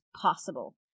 possible